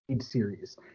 series